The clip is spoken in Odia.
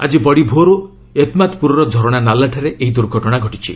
ଆକି ବଡ଼ି ଭୋର୍ରୁ ଏତ୍ମାଦ୍ପୁରର ଝରଣା ନାଲାଠାରେ ଏହି ଦୁର୍ଘଟଣା ଘଟିଛି